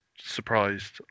surprised